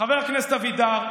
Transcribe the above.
חבר הכנסת אבידר,